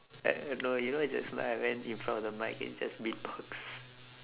like oh no you know just now I went in front of the mic and just beat box